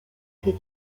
che